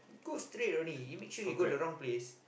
go straight only he make sure he go the wrong place